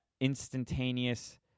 instantaneous